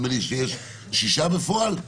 נדמה שיש שישה בפועל?